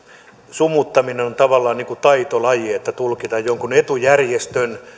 sumuttaminen on tavallaan taitolaji tulkita jonkun etujärjestön